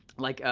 like,